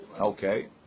Okay